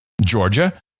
Georgia